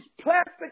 plastic